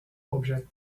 object